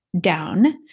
down